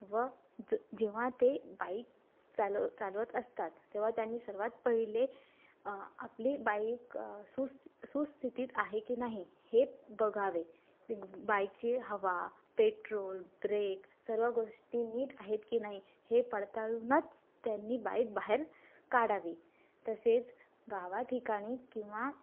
व ज जेव्हा ते बाईक चालव चालवत असतात तेव्हा त्यांनी सर्वात पहिले आपली बाईक सुस सुस्थितीत आहे की नाही हे बघावे ती बाईकची हवा पेट्रोल ब्रेक सर्व गोष्टी नीट आहेत की नाही हे पडताळूनच त्यांनी बाईक बाहेर काढावी तसेच गावा ठिकाणी किंवा